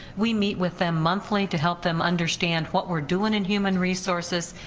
we meet with them monthly to help them understand what we're doing in human resources,